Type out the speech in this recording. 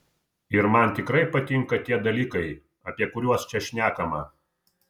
ir man tikrai patinka tie dalykai apie kuriuos čia šnekama